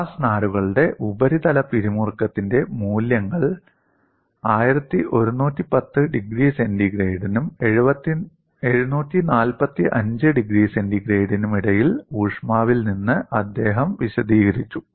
glass നാരുകളുടെ ഉപരിതല പിരിമുറുക്കത്തിന്റെ മൂല്യങ്ങൾ 1110 ഡിഗ്രി സെന്റിഗ്രേഡിനും 745 ഡിഗ്രി സെന്റിഗ്രേഡിനുമിടയിൽ ഊഷ്മാവിൽ നിന്ന് അദ്ദേഹം വിശദീകരിച്ചു